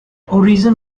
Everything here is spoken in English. origin